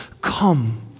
come